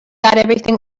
everything